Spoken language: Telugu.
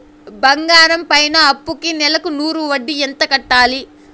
బంగారం పైన అప్పుకి నెలకు నూరు వడ్డీ ఎంత కట్టాలి?